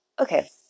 Okay